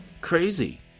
crazy